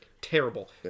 Terrible